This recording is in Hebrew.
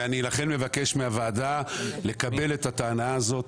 לכן אני מבקש מהוועדה לקבל את הטענה הזאת.